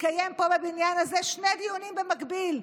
יתקיימו פה בבניין הזה שני דיונים במקביל,